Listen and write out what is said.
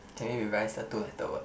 can we revise the two letter word